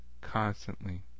constantly